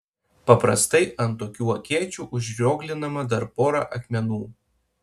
paprastai ant tokių akėčių užrioglinama dar pora akmenų